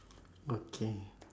okay